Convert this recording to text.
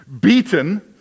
beaten